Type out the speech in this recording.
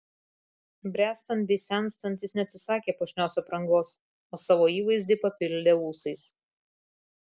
bręstant bei senstant jis neatsisakė puošnios aprangos o savo įvaizdį papildė ūsais